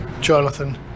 Jonathan